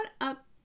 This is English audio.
up